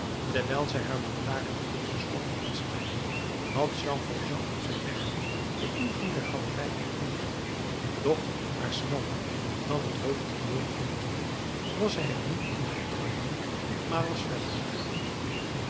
terwijl zij haar lantaarn in deze sloppen liet schijnen had jean valjean op zijn weg den ingang der galerij ontmoet doch haar smaller dan het hoofdriool vindende was hij er niet ingetreden maar was verder gegaan